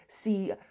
see